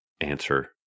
Answer